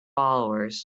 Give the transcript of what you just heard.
followers